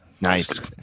Nice